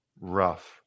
rough